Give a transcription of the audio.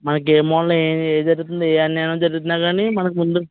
మనకి ఏ మూల ఏది జరుగుతుంది ఏ అన్యాయం జరుగుతున్నా కానీ మనకుముందు